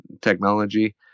technology